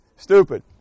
stupid